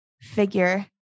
figure